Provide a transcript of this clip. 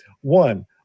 One